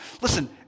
Listen